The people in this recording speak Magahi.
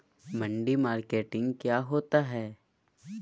मंडी मार्केटिंग क्या होता है?